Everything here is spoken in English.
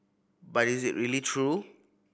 but is it really true